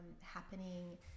happening